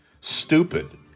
Stupid